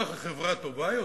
כך החברה טובה יותר.